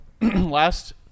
last